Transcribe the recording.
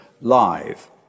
live